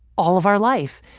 all of our life.